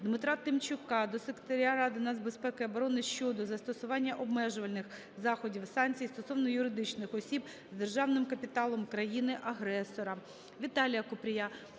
Дмитра Тимчука до Секретаря Ради національної безпеки і оборони щодо застосування обмежувальних заходів (санкцій) стосовно юридичних осіб з державним капіталом країни-агресора.